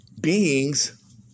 beings